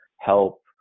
Help